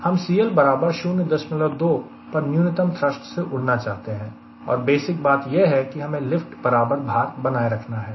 हम CL बराबर 02 पर न्यूनतम थ्रष्ट से उड़ना चाहते हैं और बेसिक बात यह है कि हमें लिफ्ट बराबर भार बनाए रखना है